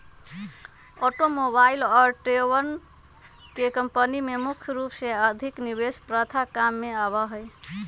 automobile और ट्रेलरवन के कम्पनी में मुख्य रूप से अधिक निवेश प्रथा काम में आवा हई